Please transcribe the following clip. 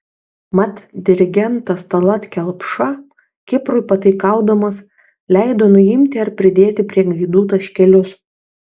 mat dirigentas tallat kelpša kiprui pataikaudamas leido nuimti ar pridėti prie gaidų taškelius